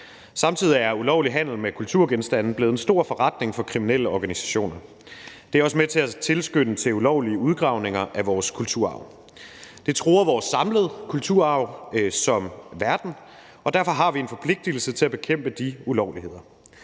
Samtidig er ulovlig handel med kulturgenstande blevet en stor forretning for kriminelle organisationer. Det er også med til at tilskynde til ulovlige udgravninger af vores kulturarv. Det truer vores samlede kulturarv som verden, og derfor har vi en forpligtelse til at bekæmpe de ulovligheder.